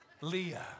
Leah